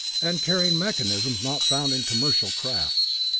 and carrying mechanisms not found in commercial crafts.